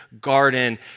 garden